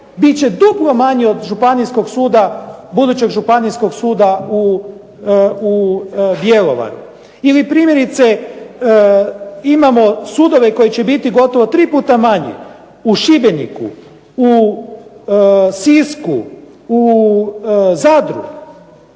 bit će duplo manji od budućeg Županijskog suda u Bjelovaru. Ili primjerice imamo sudove koji će biti gotovo 3 puta manji. U Šibeniku, u Sisku, u Zadru.